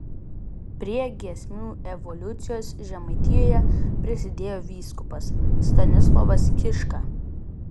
prie giesmių evoliucijos žemaitijoje prisidėjo vyskupas stanislovas kiška